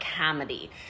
comedy